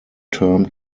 term